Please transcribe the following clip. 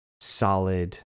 solid